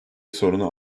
sorunu